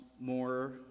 more